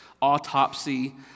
Autopsy